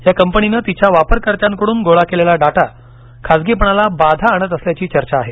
या कंपनीनं तिच्या वापरकर्त्यांकडून गोळा केलेला डाटा खासगीपणाला बाधा आणत असल्याची चर्चा आहे